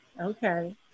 Okay